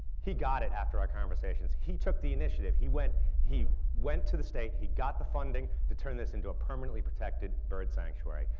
he got it after our conversations. he took the initiative. he went he went to the state, he got the funding to turn this into a permanently protected bird sanctuary.